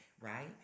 right